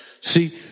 See